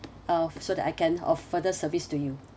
uh so that I can of further service to you